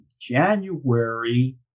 January